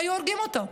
הם היו הורגים אותו,